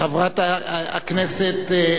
חברת הכנסת,